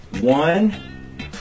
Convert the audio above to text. One